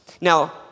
Now